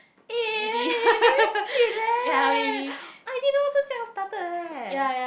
eh very sweet leh i didn't know 是这样 started leh